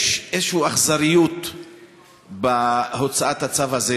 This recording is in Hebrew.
יש איזושהי אכזריות בהוצאת הצו הזה,